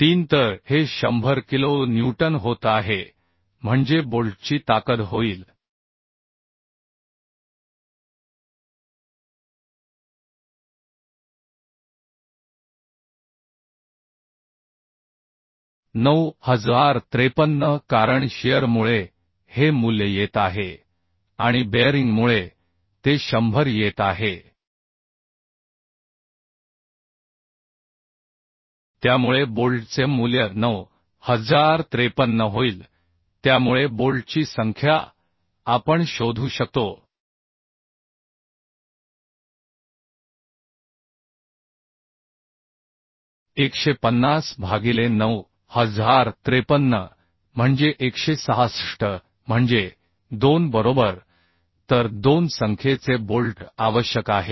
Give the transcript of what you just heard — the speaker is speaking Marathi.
3 तर हे 100 किलो न्यूटन होत आहे म्हणजे बोल्टची ताकद होईल 9053 कारण शिअरमुळे हे मूल्य येत आहे आणि बेअरिंगमुळे ते 100 येत आहे त्यामुळे बोल्टचे मूल्य 9053 होईल त्यामुळे बोल्टची संख्या आपण शोधू शकतो 150 भागिले 9053 म्हणजे 166 म्हणजे 2 बरोबर तर 2 संख्येचे बोल्ट आवश्यक आहेत